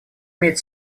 имеет